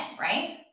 right